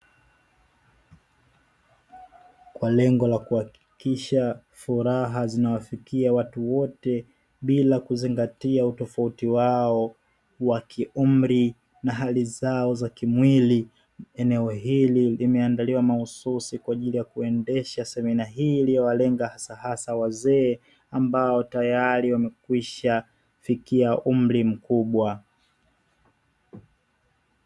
Kwa lengo la kuhakikisha furaha zinawafikia watu wote, bila kuzingatia utofauti wa kiumri na hali zao za kimwili; eneo hili limeandaliwa mahususi kwa ajili ya kuendesha semina hii iliyowalenga hasahasa wazee, ambao tayari wamekwishafikia umri mkubwa.